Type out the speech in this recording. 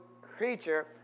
creature